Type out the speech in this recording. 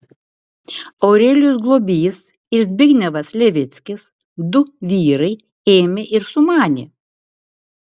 aurelijus globys ir zbignevas levickis du vyrai ėmė ir sumanė